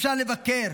אפשר לבקר,